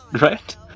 right